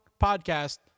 podcast